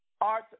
art